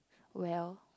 well